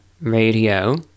radio